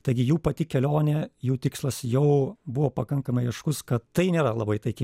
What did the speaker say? taigi jų pati kelionė jų tikslas jau buvo pakankamai aiškus kad tai nėra labai taiki